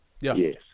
Yes